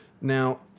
Now